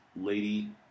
lady